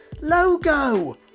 logo